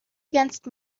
against